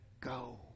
go